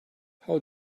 how